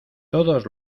todos